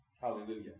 Hallelujah